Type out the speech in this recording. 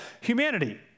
humanity